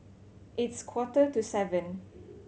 its quarter to seven